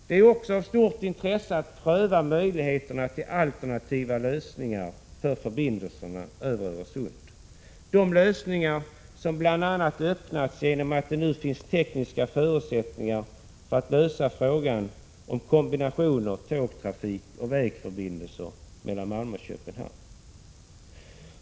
Det är också av stort intresse att pröva möjligheterna till alternativa lösningar för förbindelserna över Öresund, lösningar som öppnats bl.a. genom att det nu finns nya tekniska förutsättningar för lösande av t.ex. frågan om kombinationer av tågtrafik och vägförbindelser mellan Malmö och Köpenhamn.